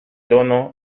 tono